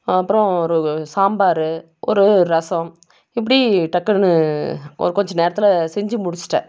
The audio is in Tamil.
அப்புறம் ஒரு சாம்பார் ஒரு ரசம் இப்படி டக்குனு ஒரு கொஞ்ச நேரத்தில் செஞ்சு முடிச்சுட்டேன்